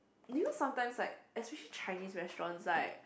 do you sometimes like especially Chinese restaurants like